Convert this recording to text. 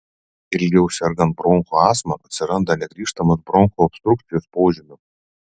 ilgiau sergant bronchų astma atsiranda negrįžtamos bronchų obstrukcijos požymių